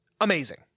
Amazing